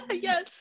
Yes